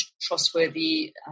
trustworthy